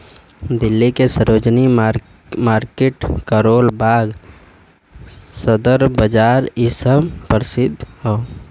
दिल्ली के सरोजिनी मार्किट करोल बाग सदर बाजार इ सब परसिध हौ